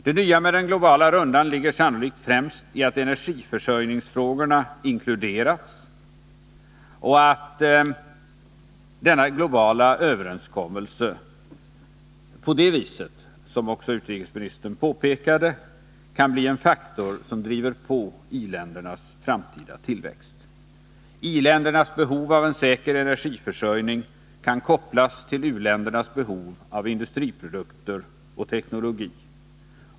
Det nya med den globala rundan ligger sannolikt främst i att energiförsörjningsfrågorna inkluderats och att denna 81 globala överenskommelse på det viset — som också utrikesministern påpekade — kan bli en faktor som driver på i-ländernas framtida tillväxt. I-ländernas behov av en säker energiförsörjning kan kopplas till u-ländernas behov av industriprodukter och teknologi.